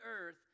earth